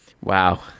Wow